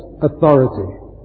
authority